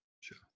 sure